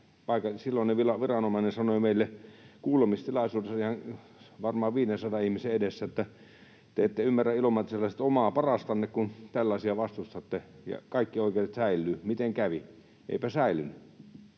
Silloinen viranomainen sanoi meille kuulemistilaisuudessa varmaan 500 ihmisen edessä, että te ette ymmärrä, ilomantsilaiset, omaa parastanne, kun tällaisia vastustatte, ja kaikki oikeudet säilyvät. Miten kävi? Eivätpä säilyneet.